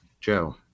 Joe